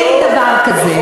אין דבר כזה.